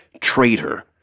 traitor